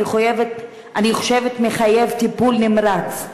אני חושבת מחייב טיפול נמרץ,